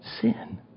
Sin